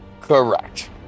Correct